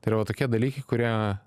ir va tokie dalykai kurie